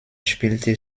spielte